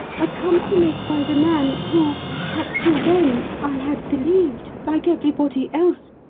accompanied by the man who up till then i had believed, like everybody else,